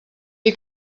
dir